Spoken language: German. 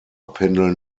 pendeln